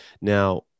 Now